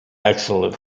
excellent